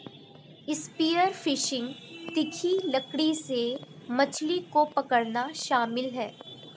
spear fishing तीखी लकड़ी से मछली को पकड़ना शामिल है